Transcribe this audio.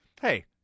hey